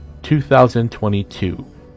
2022